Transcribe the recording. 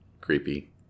creepy